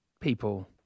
people